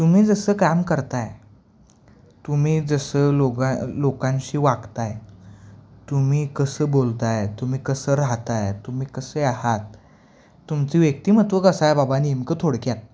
तुम्ही जसं काम करताय तुम्ही जसं लोगा लोकांशी वागताय तुम्ही कसं बोलताय तुम्ही कसं राहताय तुम्ही कसे आहात तुमचं व्यक्तिमत्व कसं आहे बाबा नेमकं थोडक्यात